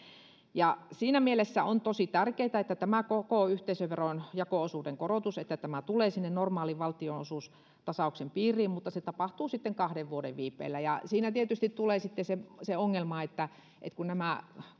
siinä mielessä on tosi tärkeätä että tämä koko yhteisöveron jako osuuden korotus tulee sinne normaalin valtionosuustasauksen piiriin mutta se tapahtuu sitten kahden vuoden viipeellä ja siinä tietysti tulee sitten se se ongelma että että nämä